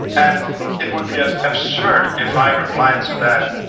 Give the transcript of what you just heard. and it would be ah absurd if i replied to that,